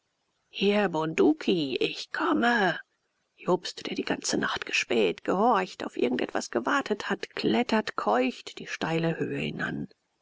hier bunduki ich komme jobst der die ganze nacht gespäht gehorcht auf irgend etwas gewartet hat klettert keucht die steile höhe hinan